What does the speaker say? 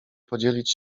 podzielić